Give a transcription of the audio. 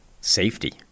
Safety